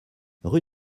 rue